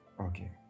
Okay